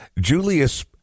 julius